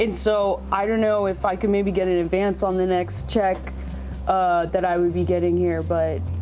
and so i don't know if i could maybe get an advance on the next check that i would be getting here, but